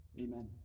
Amen